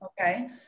okay